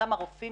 אותם רופאים